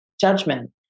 judgment